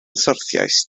syrthiaist